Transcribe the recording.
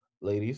Ladies